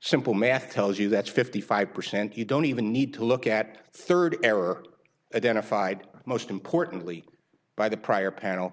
simple math tells you that fifty five percent you don't even need to look at third error identified most importantly by the prior panel